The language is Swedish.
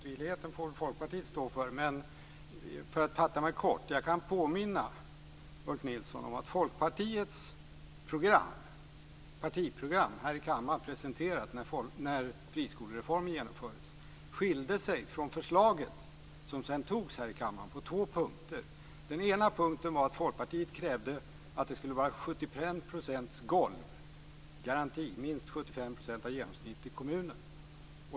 Fru talman! Motvilligheten får Folkpartiet stå för. Jag kan påminna Ulf Nilsson om att Folkpartiets partiprogram, presenterat när friskolereformen genomfördes, skilde sig på två punkter från förslaget som antogs i kammaren. Den ena punkten var att Folkpartiet krävde att garantin skulle vara minst 75 % av genomsnittet i kommunen.